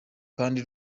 kandi